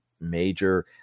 major